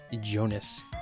Jonas